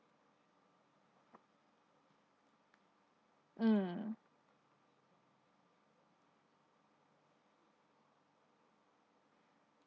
um